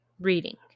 reading